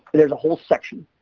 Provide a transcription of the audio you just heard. there's a whole section.